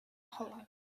hollow